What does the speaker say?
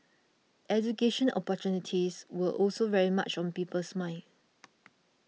education opportunities were also very much on people's minds